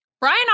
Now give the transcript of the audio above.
Brian